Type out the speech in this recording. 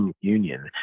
union